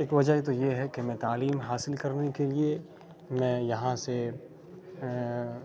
ایک وجہ تو یہ ہے کہ میں تعلیم حاصل کرنے کے لیے میں یہاں سے